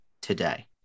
today